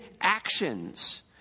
actions